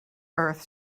earth